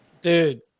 dude